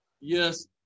yes